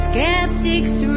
Skeptics